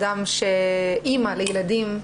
אמא לילדים,